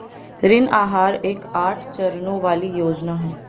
ऋण आहार एक आठ चरणों वाली योजना है